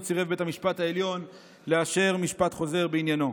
סירב בית המשפט העליון לאשר משפט חוזר בעניינו.